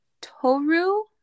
toru